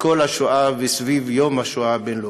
כל השואה וסביב יום השואה הבין-לאומי.